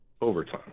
overtime